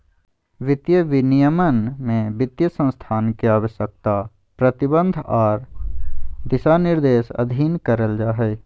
वित्तीय विनियमन में वित्तीय संस्थान के आवश्यकता, प्रतिबंध आर दिशानिर्देश अधीन करल जा हय